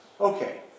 Okay